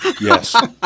Yes